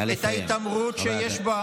את ההתעמרות שיש,